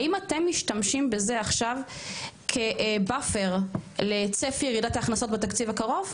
האם אתם משתמשים בזה עכשיו כבאפר לצפי ירידת ההכנסות בתקציב הקרוב?